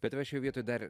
bet tavęs šioj vietoj dar